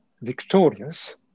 victorious